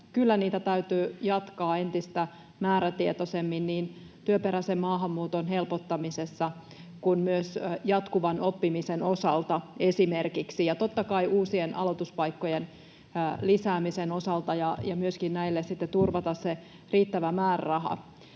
kyllä niitä täytyy jatkaa entistä määrätietoisemmin niin työperäisen maahanmuuton helpottamisessa kuin myös jatkuvan oppimisen osalta, esimerkiksi, ja totta kai uusien aloituspaikkojen lisäämisen osalta ja näille myöskin sitten turvata se riittävä määräraha.